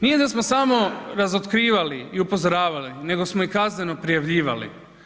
Nije da smo samo razotkrivali i upozoravali nego smo i kazneno prijavljivali.